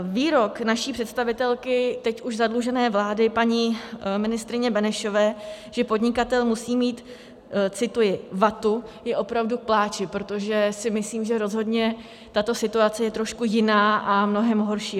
Výrok naší představitelky teď už zadlužené vlády, paní ministryně Benešové, že podnikatel musí mít cituji vatu, je opravdu k pláči, protože si myslím, že rozhodně tato situace je trošku jiná a mnohem horší.